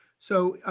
so